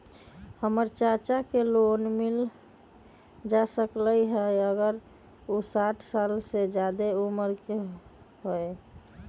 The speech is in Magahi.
हमर चाचा के लोन मिल जा सकलई ह अगर उ साठ साल से जादे उमर के हों?